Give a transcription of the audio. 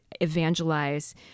evangelize